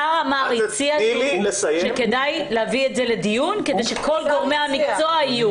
השר הציע שכדאי להביא את זה לדיון כדי שכל גורמי המקצוע יהיו.